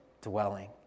dwelling